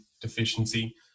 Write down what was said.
deficiency